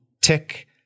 tick